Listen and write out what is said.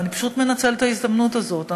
ואני פשוט מנצלת את ההזדמנות הזאת,